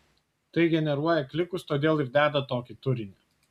tai generuoja klikus todėl ir deda tokį turinį